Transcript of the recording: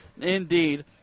Indeed